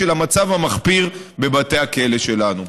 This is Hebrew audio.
של המצב המחפיר בבתי הכלא שלנו.